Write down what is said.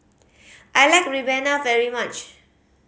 I like ribena very much